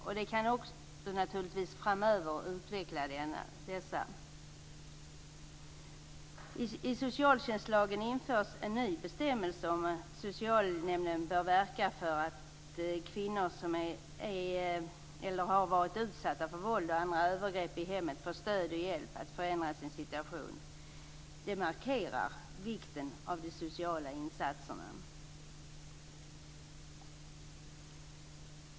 Man kan naturligtvis också utveckla detta framöver. I socialtjänstlagen införs en ny bestämmelse om att socialnämnden bör verka för att de kvinnor som är eller har varit utsatta för våld och andra övergrepp i hemmet får stöd och hjälp att förändra sin situation. Detta markerar vikten av de sociala insatserna.